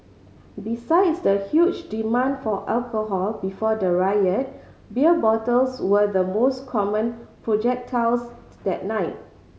besides the huge demand for alcohol before the riot beer bottles were the most common projectiles that night